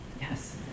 Yes